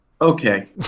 Okay